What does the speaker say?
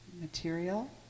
material